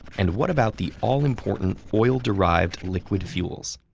and what about the all-important, oil-derived liquid fuels?